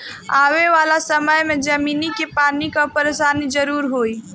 आवे वाला समय में जमीनी के पानी कअ परेशानी जरूर होई